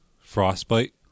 Frostbite